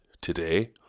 today